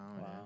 Wow